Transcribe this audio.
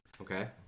okay